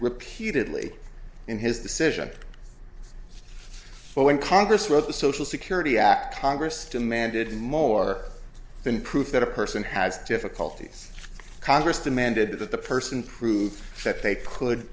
repeatedly in his decision when congress wrote the social security act congress demanded more than proof that a person has difficulties congress demanded that the person prove that they could